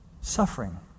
suffering